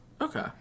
Okay